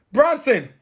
Bronson